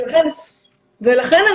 לכן,